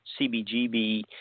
CBGB